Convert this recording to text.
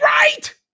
right